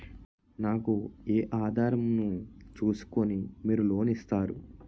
నాకు ఏ ఆధారం ను చూస్కుని మీరు లోన్ ఇస్తారు?